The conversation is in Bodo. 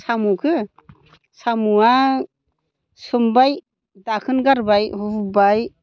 साम'खौ साम'आ सोमबाय दाखोन गारबाय रुबाय